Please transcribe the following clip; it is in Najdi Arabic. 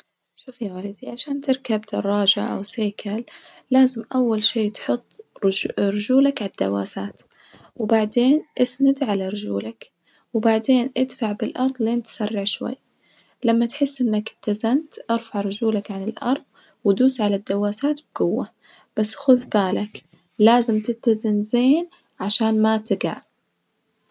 شوف يا ولدي عشان تركب دراجة أو سيكل لازم أول شي تحط رج رجولك على الدواسات، وبعدين اسند على رجولك وبعدين ادفع بالأرض لين تسرع شوية، لما تحس إنك إتزنت ارفع رجولك عن الأرض ودوس على الدواسات بجوة بس خذ بالك لازم تتزن زين عشان ما تجع.